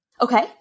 Okay